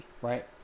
Right